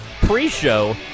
pre-show